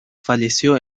falleció